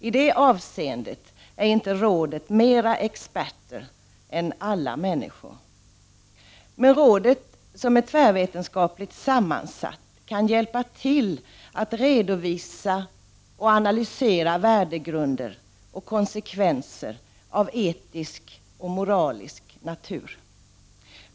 I det avseendet är rådets ledamöter inte mer experter än andra människor. Rådet, som är tvärvetenskapligt sammansatt, kan hjälpa till att redovisa och analysera värdegrunder och konsekvenser av etisk och moralisk natur.